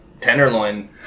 tenderloin